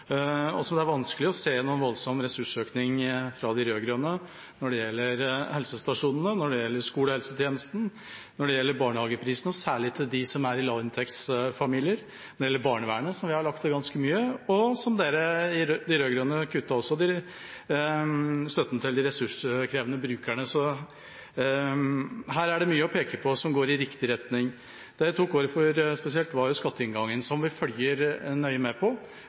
minst, allerede. Det er vanskelig å se noen voldsom ressursøkning fra de rød-grønne når det gjelder helsestasjonene, når det gjelder skolehelsetjenesten, når det gjelder barnehageprisene, særlig til dem som er i lavinntektsfamilier, og når det gjelder barnevernet, der vi har lagt til ganske mye, og de rød-grønne kuttet også støtten til de ressurskrevende brukerne. Så her er det mye å peke på som går i riktig retning. Det jeg tok ordet for, var spesielt skatteinngangen, som vi følger nøye med på.